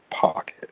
pocket